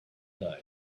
day